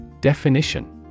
Definition